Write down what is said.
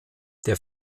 der